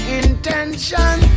intention